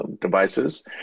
devices